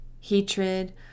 hatred